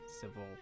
Civil